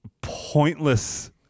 pointless